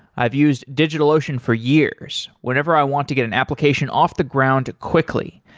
i've used digitalocean for years, whenever i want to get an application off the ground quickly.